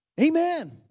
Amen